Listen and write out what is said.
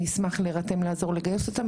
ואני אשמח להירתם לעזור לגייס אותם.